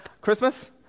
Christmas